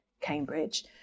Cambridge